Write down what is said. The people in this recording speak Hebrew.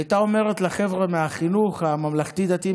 היא הייתה אומרת לחבר'ה מהחינוך הממלכתי-דתי,